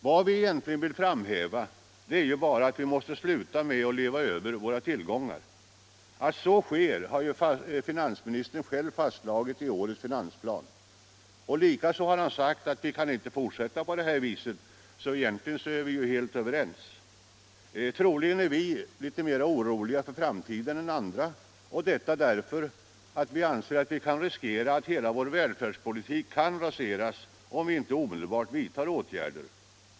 Vad vi egentligen vill framhäva är bara att vi måste sluta med att leva över våra tillgångar. Att så sker har finansministern själv fastslagit i årets finansplan. Likaså har han sagt att vi inte kan fortsätta på det sättet, så egentligen är vi helt överens. Troligen är vi moderater mera oroliga för framtiden än andra och detta därför att vi anser att vi kan riskera att hela vår välfärdspolitik raseras, om vi inte omedelbart vidtar åtgärder.